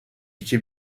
iki